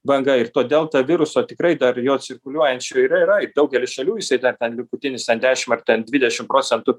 banga ir to delta viruso tikrai dar jo cirkuliuojančio yra yra daugely šalių jisai dar ten likutinis ten dešim ar ten dvidešim procentų